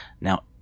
now